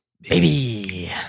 Baby